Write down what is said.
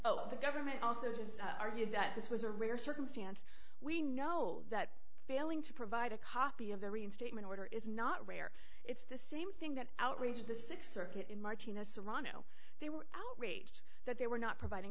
oh the government also has argued that this was a rare circumstance we know that failing to provide a copy of the reinstatement order is not rare it's the same thing that outraged the sixth circuit in martina's serrano they were outraged that they were not providing